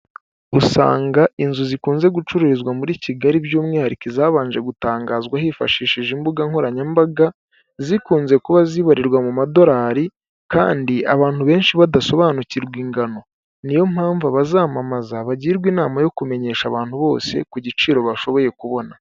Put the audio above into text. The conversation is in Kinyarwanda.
Usanga inzu zikunze gucuruzwa muri Kigali by'umwihariko izabanje gutangazwa hifashishijwe imbuga nkoranyambaga, zikunze kuba zibarirwa mu madolari kandi abantu benshi badasobanukirwa ingano. Ni yo mpamvu abazamamaza bagirwa inama yo kumenyesha abantu bose ku giciro bashoboye kubona.